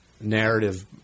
narrative